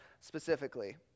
specifically